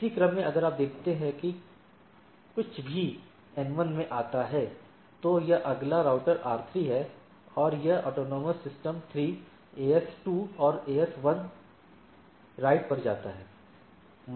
इसी तरह अगर आप देखते हैं कि कुछ भी एन 1 में जाता है तो यह अगला राउटर आर 3 है और यह एएस 3 एएस 2 और एएस 1 राइट पर जाता है